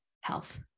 health